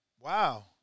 Wow